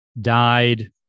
died